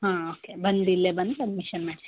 ಹಾಂ ಓಕೆ ಬಂದು ಇಲ್ಲೇ ಬಂದು ಅಡ್ಮಿಶನ್ ಮಾಡಿಸಿ